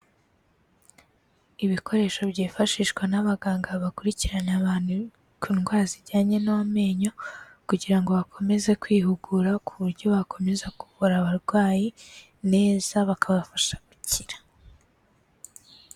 Ibikoresho byifashishwa n'abaganga bakurikirana abantu ku ndwara zijyanye n'amenyo kugira ngo bakomeze kwihugura ku buryo bakomeza kuvura abarwayi neza, bakabafasha gukira.